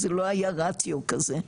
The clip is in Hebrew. אז זה לא היה רציו כזה.